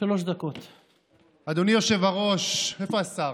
אדוני היושב-ראש, איפה השר?